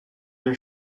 you